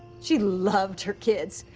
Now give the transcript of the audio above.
she loved her kids.